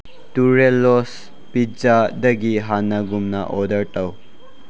ꯇꯨꯔꯦꯂꯣꯁ ꯄꯤꯖꯥꯗꯒꯤ ꯍꯥꯟꯅꯒꯨꯝꯅ ꯑꯣꯔꯗꯔ ꯇꯧ